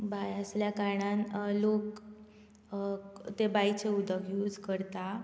बांय आसल्या कारणान लोक ते बांयचें उदक यूज करता